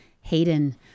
Hayden